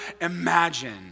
imagine